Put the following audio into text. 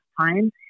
time